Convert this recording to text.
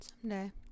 Someday